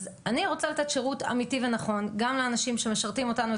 אז אני רוצה לתת שירות אמיתי ונכון גם לאנשים שמשרתים אותנו,